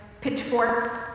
pitchforks